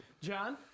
John